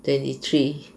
twenty three